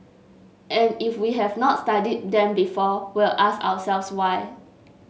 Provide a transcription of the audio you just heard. and if we have not studied them before we'll ask ourselves why